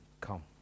come